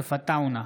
יוסף עטאונה,